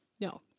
no